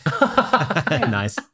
Nice